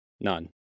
none